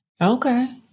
Okay